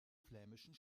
flämischen